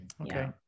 okay